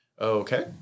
okay